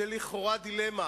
היא לכאורה דילמה.